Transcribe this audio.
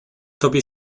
tobie